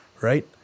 right